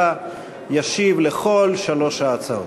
ישיב על כל שלוש ההצעות,